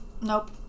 Nope